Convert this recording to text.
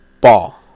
Ball